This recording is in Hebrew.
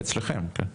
אצלכם, כן.